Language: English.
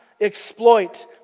exploit